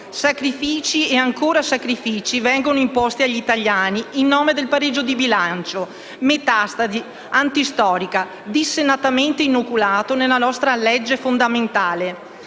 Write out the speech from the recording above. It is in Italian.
Sacrifici e ancora sacrifici vengono imposti agli italiani in nome del pareggio di bilancio, metastasi antistorica, dissennatamente inoculata nella nostra legge fondamentale.